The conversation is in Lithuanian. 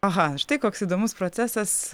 aha štai koks įdomus procesas